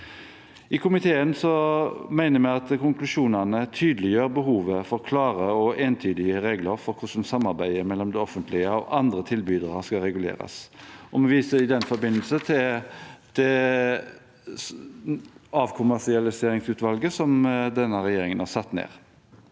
I komiteen mener vi at konklusjonene tydeliggjør behovet for klare og entydige regler for hvordan samarbeidet mellom det offentlige og andre tilbydere skal reguleres. Vi viser i den forbindelse til avkommersialiseringsutvalget, som denne regjeringen har satt ned.